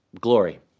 glory